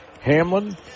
Hamlin